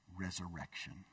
resurrection